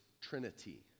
Trinity